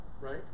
right